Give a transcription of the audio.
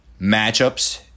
matchups